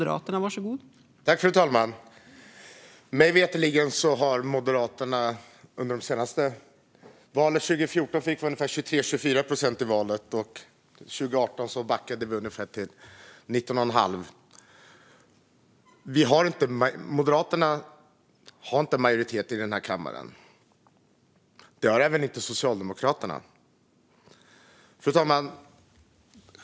Fru talman! I valet 2014 fick Moderaterna 23-24 procent, och 2018 backade vi till ungefär 19,5 procent. Moderaterna har inte majoritet i den här kammaren. Det har inte Socialdemokraterna heller. Fru talman!